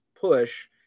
push